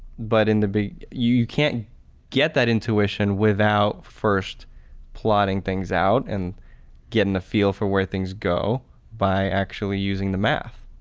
but in the you you can't get that intuition without first plotting things out and getting a feel for where things go by actually using the math.